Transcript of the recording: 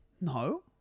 no